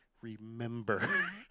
remember